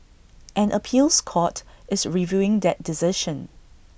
an appeals court is reviewing that decision